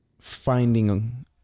finding